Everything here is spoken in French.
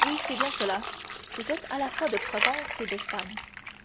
oui c'est bien cela vous êtes à la fois de provence et d'espagne